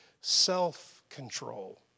self-control